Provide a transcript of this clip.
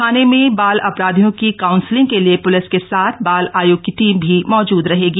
थाने में बाल अपराधियों की काउंसलिंग के लिए पुलिस के साथ बाल आयोग की टीम भी मौजूद रहेगी